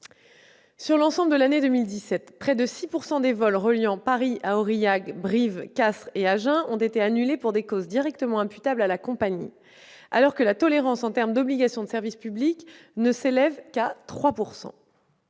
Sur l'ensemble de l'année 2017, près de 6 % des vols reliant Paris à Aurillac, Brive, Castres et Agen ont été annulés pour des causes directement imputables à la compagnie, alors que la tolérance en termes d'obligations de service public ne s'élève qu'à 3 %.